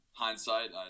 hindsight